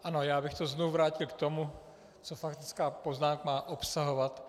Ano, já bych to znovu vrátil k tomu, co faktická poznámka má obsahovat.